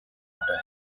after